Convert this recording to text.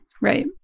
Right